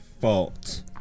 fault